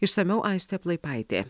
išsamiau aistė plaipaitė